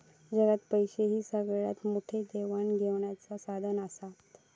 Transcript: जगात पैशे हे सगळ्यात मोठे देवाण घेवाणीचा साधन आसत